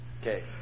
Okay